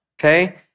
okay